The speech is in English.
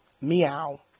meow